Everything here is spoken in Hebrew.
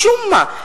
משום מה,